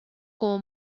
como